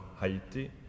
Haiti